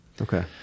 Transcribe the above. okay